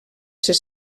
ser